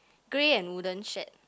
grey and wooden shed